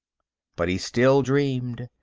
but he still dreamed,